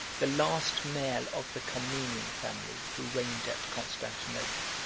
the last male of the comnenian family who reigned at constantinople.